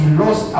lost